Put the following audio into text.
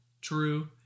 true